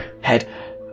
head